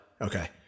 Okay